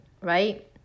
right